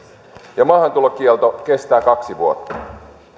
ja maahantulokielto kestää kaksi vuotta